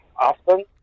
often